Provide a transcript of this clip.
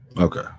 okay